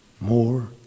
more